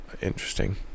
interesting